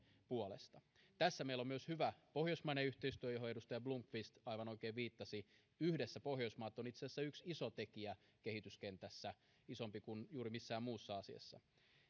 puolesta tässä meillä on myös hyvä pohjoismainen yhteistyö johon edustaja blomqvist aivan oikein viittasi yhdessä pohjoismaat ovat itse asiassa yksi iso tekijä kehityskentässä isompi kuin juuri missään muussa asiassa